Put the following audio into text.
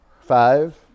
five